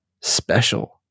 special